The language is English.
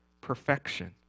Perfection